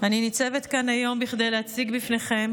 אני ניצבת כאן היום כדי להציג בפניכם